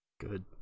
good